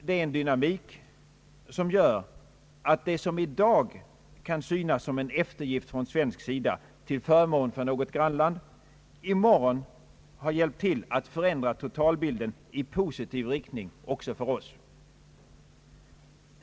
Det är en dynamik som gör att det, som i dag kan synas såsom en eftergift från svensk sida till förmån för något grannland, i morgon har hjälpt till att förändra totalbilden i positiv riktning även för oss.